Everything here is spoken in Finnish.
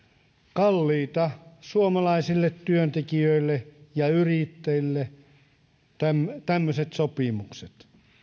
kalliita suomalaisille työntekijöille ja yrittäjille tämmöiset tämmöiset sopimukset